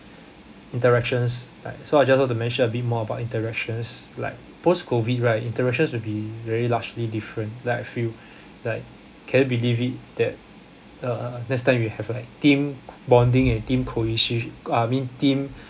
interactions like so I just want to mention a bit more about interactions like post COVID right interactions will be very largely different like I feel like can you believe it that uh next time we have like team bonding I think cohesive uh I mean team